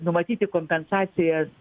numatyti kompensacijas